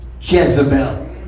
Jezebel